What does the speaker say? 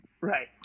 Right